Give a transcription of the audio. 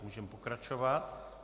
Můžeme pokračovat.